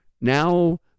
Now